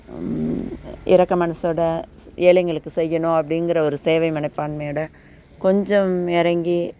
இரக்கம் மனசோடய ஏழைங்களுக்கு செய்யணும் அப்படிங்கிற ஒரு சேவை மனப்பான்மையோடய கொஞ்சம் இறங்கி